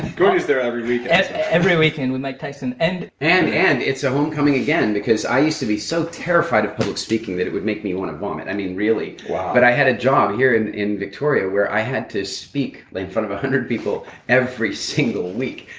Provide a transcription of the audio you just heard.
gordy is there every weekend every weekend with mike tyson. and and and it's a homecoming again, because i used to be so terrified of public speaking that it would make me want to vomit. i mean really wow but i had a job here in in victoria, where i had to speak like in front of one hundred people every single week.